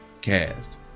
Cast